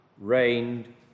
reigned